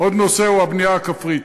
עוד נושא הוא הבנייה הכפרית.